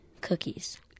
cookies